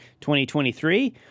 2023